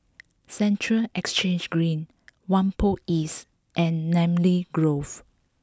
Central Exchange Green Whampoa East and Namly Grove